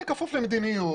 אני כפוף למדיניות,